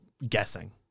Guessing